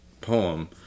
poem